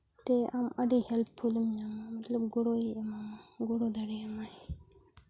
ᱛᱮ ᱟᱢ ᱟᱹᱰᱤ ᱦᱮᱞᱯᱯᱷᱩᱞ ᱮᱢ ᱧᱟᱢᱟ ᱢᱚᱛᱞᱚᱵ ᱜᱚᱲᱚᱭ ᱮᱢᱟ ᱢᱟ ᱜᱚᱲᱚ ᱫᱟᱲᱮᱭᱟᱢᱟ